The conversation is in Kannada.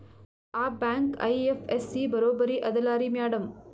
ಆ ಬ್ಯಾಂಕ ಐ.ಎಫ್.ಎಸ್.ಸಿ ಬರೊಬರಿ ಅದಲಾರಿ ಮ್ಯಾಡಂ?